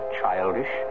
childish